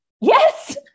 Yes